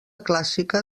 clàssica